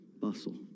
Bustle